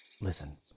Listen